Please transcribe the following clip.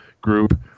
group